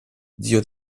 zio